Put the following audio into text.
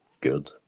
good